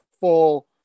full